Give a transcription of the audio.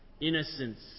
innocence